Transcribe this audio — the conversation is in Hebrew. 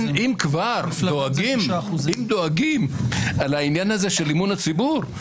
אם דואגים לעניין של אמון הציבור,